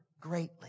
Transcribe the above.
greatly